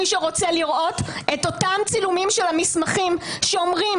מי שרוצה לראות - את אותם צילומי המסמכים שאומרים